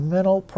Mental